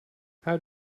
how